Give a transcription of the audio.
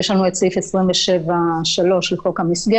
יש לנו את סעיף 27(3) לחוק המסגרת,